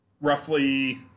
roughly